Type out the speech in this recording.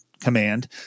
command